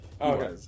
Okay